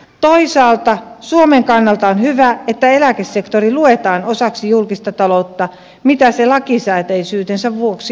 toisaalta suomen kannalta on hyvä että eläkesektori luetaan osaksi julkista taloutta mitä se lakisääteisyytensä vuoksi onkin